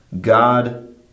God